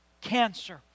cancer